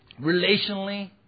relationally